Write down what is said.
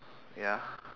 ya